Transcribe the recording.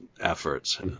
efforts